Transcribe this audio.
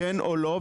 כן או לא,